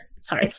sorry